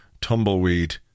tumbleweed